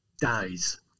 dies